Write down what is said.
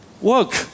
work